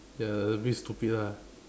ya a bit stupid ah